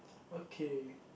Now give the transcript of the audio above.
okay